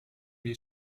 wir